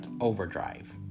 overdrive